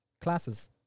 classes